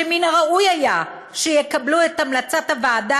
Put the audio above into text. שמן הראוי היה שיקבלו את המלצת הוועדה